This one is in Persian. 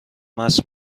مست